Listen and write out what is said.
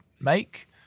make